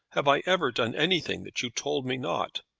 have i ever done anything that you told me not?